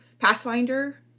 Pathfinder